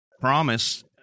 promise